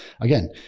again